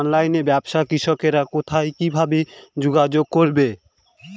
অনলাইনে ব্যবসায় কৃষকরা কোথায় কিভাবে যোগাযোগ করবে?